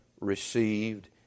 received